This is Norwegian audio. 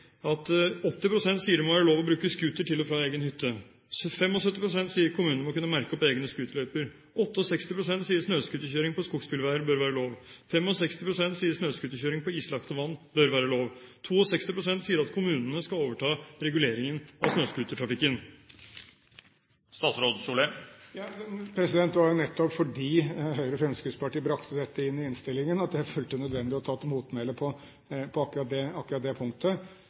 80 pst. sier at det må være lov å bruke scooter til og fra egen hytte. 75 pst. sier at kommunen må kunne merke opp egne scooterløyper. 68 pst sier at snøscooterkjøring på skogsbilveier bør være lov. 65 pst sier at snøscooterkjøring på islagte vann bør være lov. 62 pst. sier at kommunene skal overta reguleringen av snøscootertrafikken. Det var nettopp fordi Høyre og Fremskrittspartiet brakte dette inn i innstillingen at jeg følte det var nødvendig å ta til motmæle på akkurat det punktet.